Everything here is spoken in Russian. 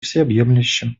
всеобъемлющим